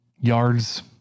Yards